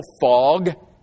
fog